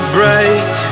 break